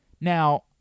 Now